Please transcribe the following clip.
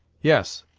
yes,